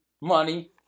money